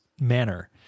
manner